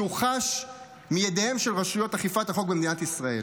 שהוא חש מידיהן של רשויות אכיפת החוק במדינת ישראל.